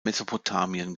mesopotamien